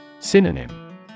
Synonym